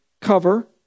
cover